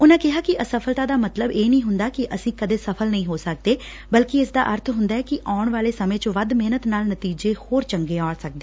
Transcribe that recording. ਉਨਾਂ ਕਿਹਾ ਕਿ ਅਸਫ਼ਲਤਾ ਦਾ ਮਤਲਬ ਇਹ ਨਹੀਂ ਹੁੰਦਾ ਕਿ ਅਸੀਂ ਕਦੇ ਸਫ਼ਲ ਨਹੀਂ ਹੋ ਸਕਦੇ ਬਲਕਿ ਇਸ ਂਦਾ ਅਰਥ ਹੁੰਦੈ ਕਿ ਆਉਣ ਵਾਲੇ ਸਮੇਂ ਚ ਵੱਧ ਮਿਹਨਤ ਨਾਲ ਨਤੀਜੇ ਹੋਰ ਚੰਗੇ ਆਉਣਗੇ